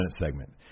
segment